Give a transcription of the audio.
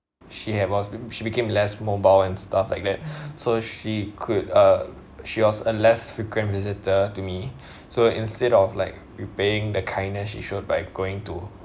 she had was when she became less mobile and stuff like that so she could uh she was a less frequent visitor to me so instead of like repaying the kindness she showed by going to